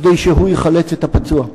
כדי שהוא יחלץ את הפצוע.